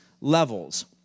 levels